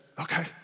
okay